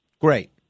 Great